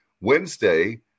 Wednesday